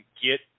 get